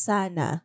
Sana